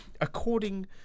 according